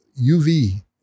UV